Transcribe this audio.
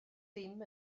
dim